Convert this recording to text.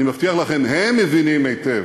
אני מבטיח לכם, הם מבינים היטב,